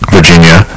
Virginia